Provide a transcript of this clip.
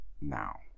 now